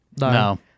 No